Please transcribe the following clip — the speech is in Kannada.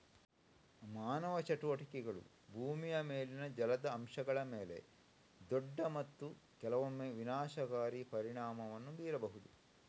ಮಾನವ ಚಟುವಟಿಕೆಗಳು ಭೂಮಿಯ ಮೇಲಿನ ಜಲದ ಅಂಶಗಳ ಮೇಲೆ ದೊಡ್ಡ ಮತ್ತು ಕೆಲವೊಮ್ಮೆ ವಿನಾಶಕಾರಿ ಪರಿಣಾಮವನ್ನು ಬೀರಬಹುದು